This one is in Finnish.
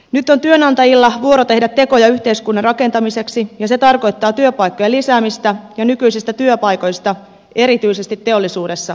nyt on työnantajilla vuoro tehdä tekoja yhteiskunnan rakentamiseksi ja se tarkoittaa työpaikkojen lisäämistä ja nykyisistä työpaikoista erityisesti teollisuudessa kiinni pitämistä